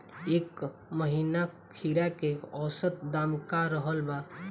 एह महीना खीरा के औसत दाम का रहल बा?